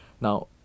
Now